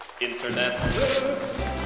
internet